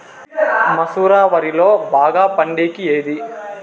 మసూర వరిలో బాగా పండేకి ఏది?